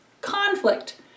conflict